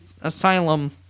asylum